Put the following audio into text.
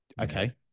Okay